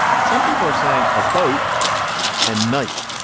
but some people are saying a boat and night.